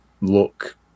look